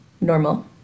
normal